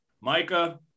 Micah